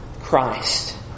Christ